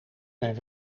zijn